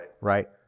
Right